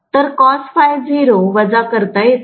तर वजा करता येतो